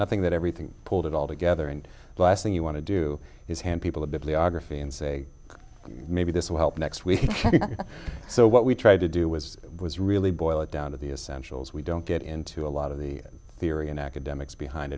nothing that everything pulled it all together and the last thing you want to do is hand people a bibliography and say maybe this will help next week so what we tried to do was was really boil it down to the essentials we don't get into a lot of the theory and academics behind